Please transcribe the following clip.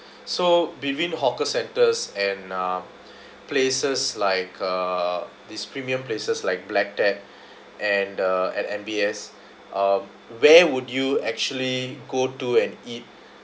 so between hawker centres and uh places like uh these premium places like black tap and uh at M_B_S uh where would you actually go to and eat